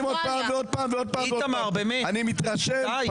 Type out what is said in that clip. איתמר, באמת, די.